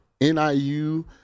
NIU